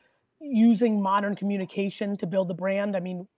using modern communication to build the brand, i mean,